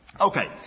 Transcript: Okay